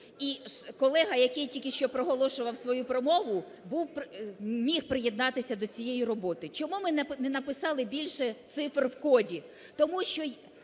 І колега, який тільки що проголошував свою промову, був… міг приєднатися до цієї роботи. Чому ми не написали більше цифр у коді? Тому що